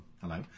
hello